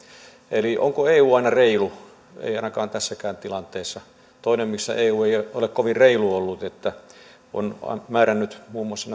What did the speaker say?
eli onko eu aina reilu ei ainakaan tässä tilanteessa toinen missä eu ei ole ole kovin reilu ollut on se että se on määrännyt muun muassa